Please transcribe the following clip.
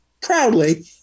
proudly